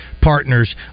Partners